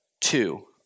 two